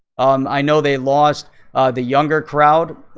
um i know they lost of the younger crowd,